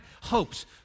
hopes